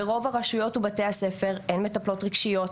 ברוב הרשויות ובתי הספר אין מטפלות רגשיות,